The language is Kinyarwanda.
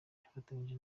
yafatanyije